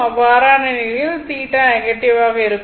அவ்வாறான நிலையில் θ நெகட்டிவ் ஆக இருக்கும்